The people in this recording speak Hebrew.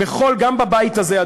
גם בבית הזה,